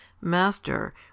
Master